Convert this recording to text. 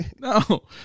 No